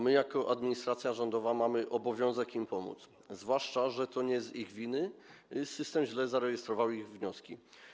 My jako administracja rządowa mamy obowiązek im pomóc, zwłaszcza że to nie z ich winy system źle zarejestrował ich wnioski.